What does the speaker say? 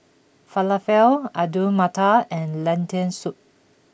Falafel Alu Matar and Lentil soup